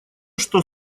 что